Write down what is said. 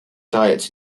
diets